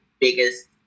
biggest